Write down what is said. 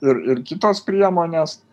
ir ir kitos priemonės